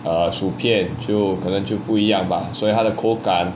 err 薯片就可能就不一样吧所以它的口感:shu piann jiu ke neng jiu bu yi yang ba suo yi ta de kou gan